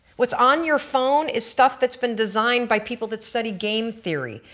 what's on your phone is stuff that's been designed by people that studied game theory.